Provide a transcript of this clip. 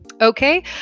Okay